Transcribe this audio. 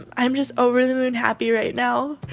i'm just over-the-moon happy right now.